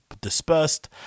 dispersed